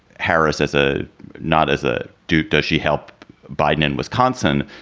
harris, as a not as a dupe, does she help biden in wisconsin?